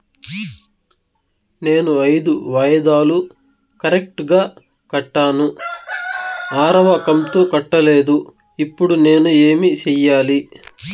నేను ఐదు వాయిదాలు కరెక్టు గా కట్టాను, ఆరవ కంతు కట్టలేదు, ఇప్పుడు నేను ఏమి సెయ్యాలి?